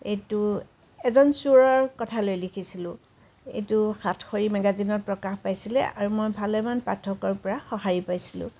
এইটো এজন চোৰৰ কথা লৈ লিখিছিলোঁ এইটো সাতসৰী মেগাজিনত প্ৰকাশ পাইছিলে আৰু মই ভালেমান পাঠকৰ পৰা সঁহাৰি পাইছিলোঁ